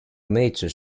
major